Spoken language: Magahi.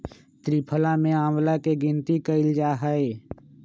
त्रिफला में आंवला के गिनती कइल जाहई